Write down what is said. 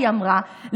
היא אמרה,